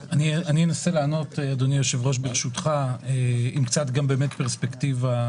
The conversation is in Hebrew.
שכירות ארוכת טווח בישראל הוא כלי שהממשלה משקיעה בו וחוזר לפה מידי